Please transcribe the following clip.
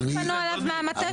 איך פנו אליך מהמטה?